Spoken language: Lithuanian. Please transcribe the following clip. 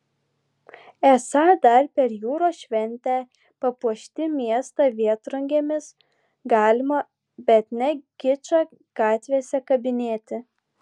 esą dar per jūros šventę papuošti miestą vėtrungėmis galima bet ne kičą gatvėse kabinėti